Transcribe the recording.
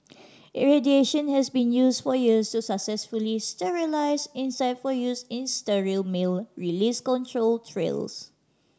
irradiation has been used for years to successfully sterilise insect for use in sterile male release control trials